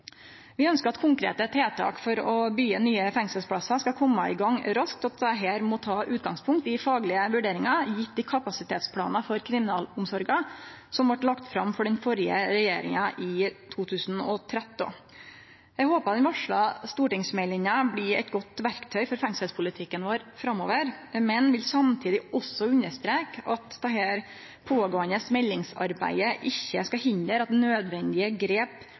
Vi ønskjer at konkrete tiltak for å byggje fengselsplassar skal kome i gang raskt, og at dette må ta utgangspunkt i faglege vurderingar gitt i kapasitetsplanen for kriminalomsorga, som vart lagd fram av den førre regjeringa i 2013. Eg håpar den varsla stortingsmeldinga blir eit godt verktøy for fengselspolitikken vår framover, men vil samtidig også understreke at dette pågåande meldingsarbeidet ikkje skal hindre at nødvendige grep